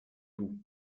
bout